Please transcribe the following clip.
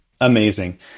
Amazing